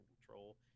control